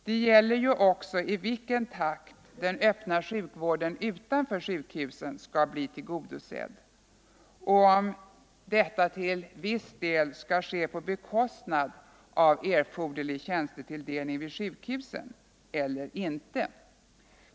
Det gäller också i vilken takt den öppna sjukvården utanför sjukhusen skall bli tillgodosedd och om detta till viss del skall ske på bekostnad av erforderlig tjänstetilldelning vid sjukhusen eller inte.